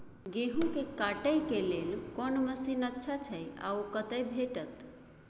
गेहूं के काटे के लेल कोन मसीन अच्छा छै आर ओ कतय भेटत?